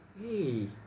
Hey